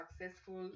successful